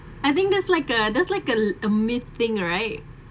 I think there's like a there's like a a meeting right